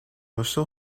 oso